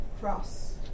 cross